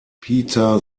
peter